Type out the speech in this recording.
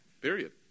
period